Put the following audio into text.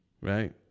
Right